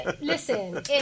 listen